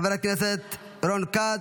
חבר הכנסת רון כץ,